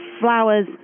flowers